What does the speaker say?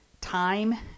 time